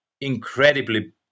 incredibly